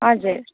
हजुर